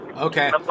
Okay